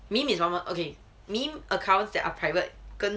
meme is one what okay meme accounts that are private 跟